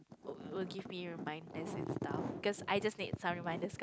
will give me reminders and stuff cause I just need some reminders cause